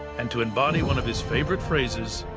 and to embody one of his favorite phrases